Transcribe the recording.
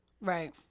right